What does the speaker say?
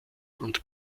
und